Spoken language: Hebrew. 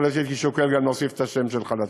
יכול להיות שהייתי שוקל גם להוסיף את השם שלך לתחנה.